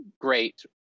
great